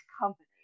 company